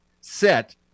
set